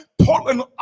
Portland